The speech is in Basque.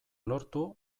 lortu